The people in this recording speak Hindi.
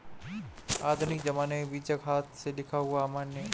आधुनिक ज़माने में बीजक हाथ से लिखा हुआ अमान्य है